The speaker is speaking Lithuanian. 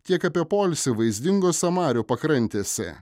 tiek apie poilsį vaizdingose marių pakrantėse